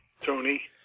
Tony